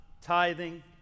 tithing